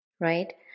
right